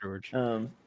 George